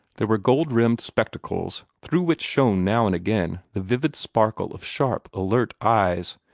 there were gold-rimmed spectacles, through which shone now and again the vivid sparkle of sharp, alert eyes,